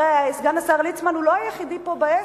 הרי סגן השר ליצמן הוא לא היחיד פה בעסק.